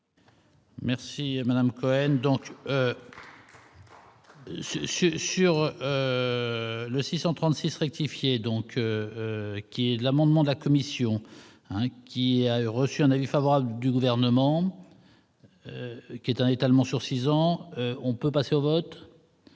Merci Madame Cohen donc. Sur sur le 636 rectifier, donc qui est l'amendement de la commission qui a eu reçu un avis favorable du gouvernement, qui est un étalement sur 6 ans, on peut passer au vote.